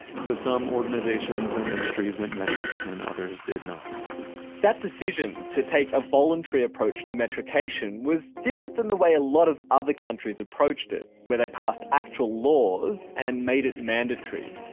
so some organizations and industries went metric and others did not that decision to take a voluntary approach to metrication was different than the way a lot of other countries approached it, where they passed actual laws and made it mandatory.